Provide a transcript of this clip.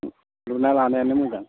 लुना लानायानो मोजां